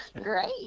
great